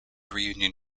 reunion